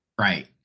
Right